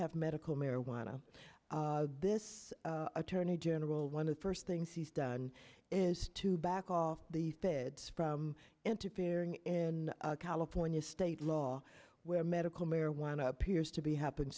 have medical marijuana this attorney general one of the first things he's done is to back off the feds from interfering in california's state law where medical marijuana appears to be happen